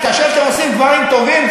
כאשר אתם עושים דברים טובים,